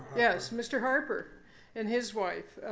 yes, mr. harper and his wife.